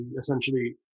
essentially